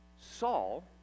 Saul